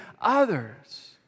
others